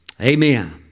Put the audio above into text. Amen